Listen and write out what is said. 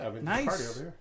Nice